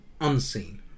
unseen